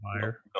buyer